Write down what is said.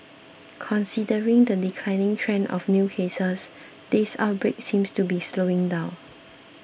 considering the declining trend of new cases this outbreak seems to be slowing down